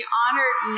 honored